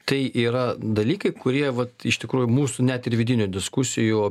tai yra dalykai kurie vat iš tikrųjų mūsų net ir vidinių diskusijų